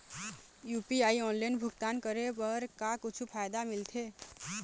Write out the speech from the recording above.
UPI online भुगतान करे बर का कुछू फायदा मिलथे?